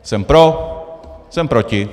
Jsem pro, jsem proti.